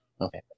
Okay